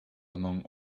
among